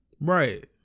Right